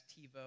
TiVo